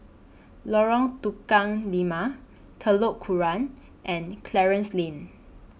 Lorong Tukang Lima Telok Kurau and Clarence Lane